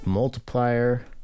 Multiplier